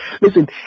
Listen